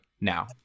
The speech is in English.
now